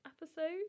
episode